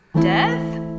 Death